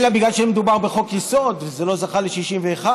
אלא בגלל שמדובר בחוק-יסוד וזה לא זכה ל-61,